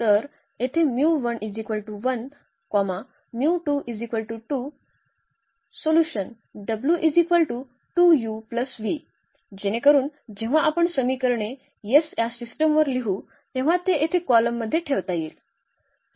तर येथे जेणेकरून जेव्हा आपण समीकरणे S या सिस्टमवर लिहू तेव्हा ते येथे कॉलम मध्ये ठेवता येतील